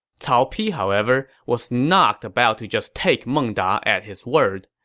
cao pi, however, was not about to just take meng da at his word.